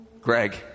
Greg